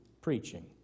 preaching